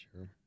Sure